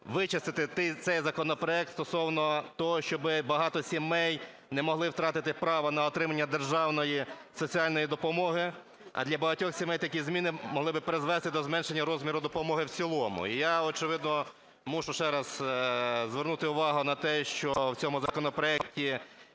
вичистити цей законопроект стосовно того, щоби багато сімей не могли втратити право на отримання державної соціальної допомоги. А для багатьох сімей такі зміни могли би призвести до зменшення розміру допомоги в цілому. І я, очевидно, мушу ще раз звернути увагу на те, що в цьому законопроекті